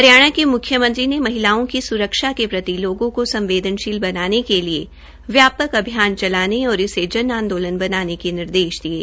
हरियाणा के म्ख्यमंत्री ने महिलाओं की स्रक्षा के प्रति लोगों को संवदेनशील बनाने के लिए व्यापक अभियान चलाने और इसे जन आंदोलन बनाने के निर्देश दिये